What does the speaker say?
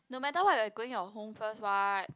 no matter what we are going your home first [what]